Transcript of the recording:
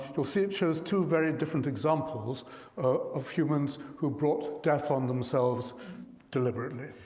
you'll see it shows two very different examples of humans who brought death on themselves deliberately,